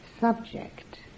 subject